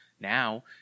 Now